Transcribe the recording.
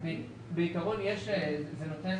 זה תיקון